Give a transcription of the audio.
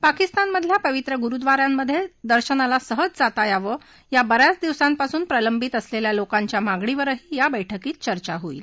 पाकिस्तानमधल्या पवित्र गुरुझा यांमधे दर्शनाला सहज जाता यावा या ब यांच दिवसापासून प्रलंबित असलेल्या लोकांच्या मागणीवर ही या बैठकीत चर्चा होईल